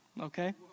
Okay